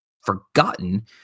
forgotten